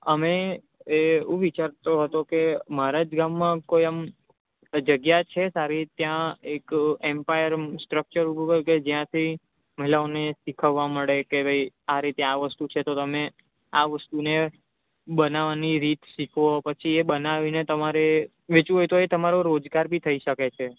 અમે એ એવું વિચારતો હતો કે મારા જ ગામમાં કોઈ આમ જગ્યા છે સારી ત્યાં એક એંપાયર સ્ટ્રક્ચર ઊભું કરી કે જ્યાંથી મહિલાઓને શીખવવા મળે કે ભાઈ આ રીતે આ વસ્તુ છે તો તમે આ વસ્તુને બનાવાની રીત શીખવો પછી એ બનાવીને તમારે વેચવું હોય તો એ તમારો રોજગાર બી થઈ શકે છે